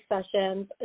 sessions